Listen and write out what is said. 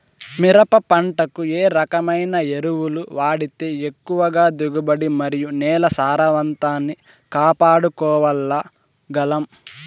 మిరప పంట కు ఏ రకమైన ఎరువులు వాడితే ఎక్కువగా దిగుబడి మరియు నేల సారవంతాన్ని కాపాడుకోవాల్ల గలం?